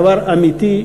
דבר אמיתי,